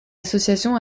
association